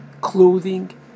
clothing